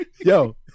Yo